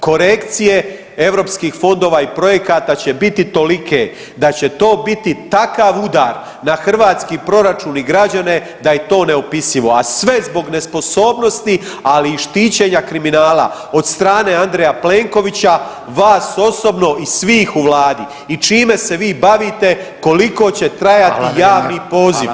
Korekcije europskih fondova i projekata će biti tolike da će to biti takav udar na hrvatski proračun i građane da je to neopisivo, a sve zbog nesposobnosti ali i štićenja kriminala od strane Andreja Plenkovića, vas osobno i svih u Vladi i čime se vi bavite, koliko će trajati javni poziv.